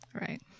Right